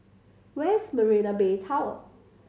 where is Marina Bay Tower